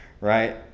right